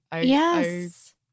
Yes